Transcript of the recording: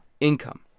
income